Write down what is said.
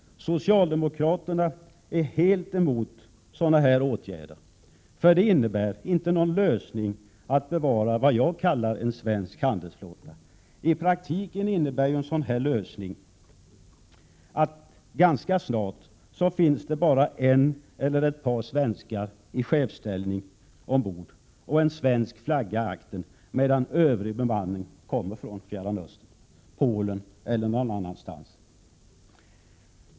Socialdemokraterna är helt emot sådana här åtgärder. De innebär inte någon lösning i fråga om att bevara vad jag kallar en svensk handelsflotta. I praktiken innebär en sådan här lösning att det ganska snart finns bara en eller ett par svenskar i chefsställning ombord och en svensk flagga i aktern, medan övrig bemanning kommer från Fjärran Östern, Polen eller någon annanstans.